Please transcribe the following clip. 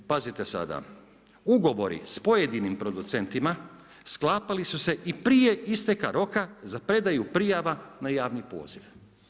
Pazite sada, ugovori s pojedinim producentima sklapali su se i prije isteka roka za predaju prijava na javni poziv.